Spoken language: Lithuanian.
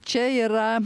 čia yra